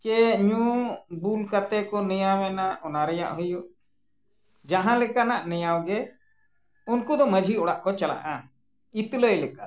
ᱥᱮ ᱧᱩ ᱵᱩᱞ ᱠᱟᱛᱮ ᱠᱚ ᱱᱮᱭᱟᱣᱮᱱᱟ ᱚᱱᱟ ᱨᱮᱭᱟᱜ ᱦᱩᱭᱩᱜ ᱡᱟᱦᱟᱸ ᱞᱮᱠᱟᱱᱟᱜ ᱱᱮᱭᱟᱣ ᱜᱮ ᱩᱱᱠᱩ ᱫᱚ ᱢᱟᱺᱡᱷᱤ ᱚᱲᱟᱜ ᱠᱚ ᱪᱟᱞᱟᱜᱼᱟ ᱤᱛᱞᱟᱹᱭ ᱞᱮᱠᱟᱛᱮ